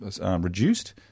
reduced